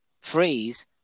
Freeze